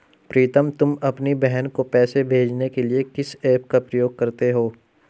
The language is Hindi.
प्रीतम तुम अपनी बहन को पैसे भेजने के लिए किस ऐप का प्रयोग करते हो?